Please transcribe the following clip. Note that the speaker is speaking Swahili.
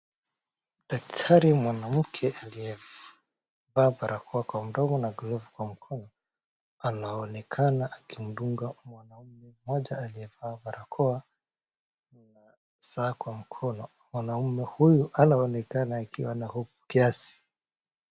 Daktari mwanamke aliyevaa barakoa kwa mdomo na glavu kwa mkono anaonekana akimdunga mwanaume mmoja aliyevaa barakoa na saa kwa mkono , mwanaume huyu anaonekana akiwa na hofu kiasi .